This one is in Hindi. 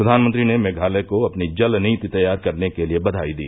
प्रधानमंत्री ने मेघालय को अपनी जल नीति तैयार करने के लिए बधाई दी